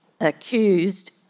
accused